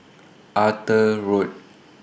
Arthur Road